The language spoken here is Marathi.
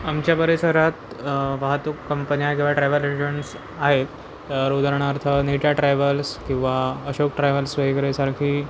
आमच्या परिसरात वाहतूक कंपन्या किंवा ट्रॅव्हल एजंट्स आहेत तर उदाहरणार्थ नीटा ट्रॅव्हल्स किंवा अशोक ट्रॅव्हल्स वगैरेसारखी